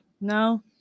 no